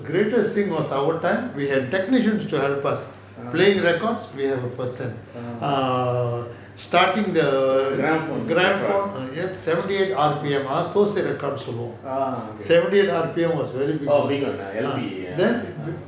ah ah gramaphone records big [one] ah L_B